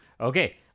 okay